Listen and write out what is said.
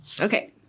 Okay